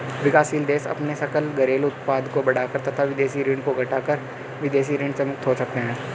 विकासशील देश अपने सकल घरेलू उत्पाद को बढ़ाकर तथा विदेशी ऋण को घटाकर विदेशी ऋण से मुक्त हो सकते हैं